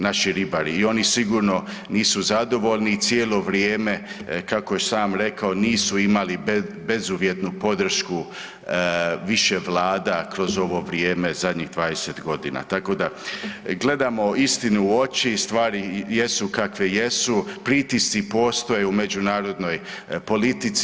Naši ribari i oni sigurno nisu zadovoljni i cijelo vrijeme, kako je i sam rekao, nisu imali bezuvjetnu podršku više vlada kroz ovo vrijeme zadnjih 20.g. Tako da gledamo istini u oči i stvari jesu kakve jesu, pritisci postoje u međunarodnoj politici.